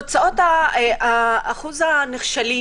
אחוז הנכשלים,